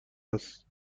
است